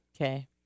Okay